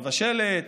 מבשלת,